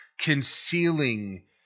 concealing